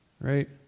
right